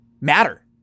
matter